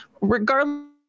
regardless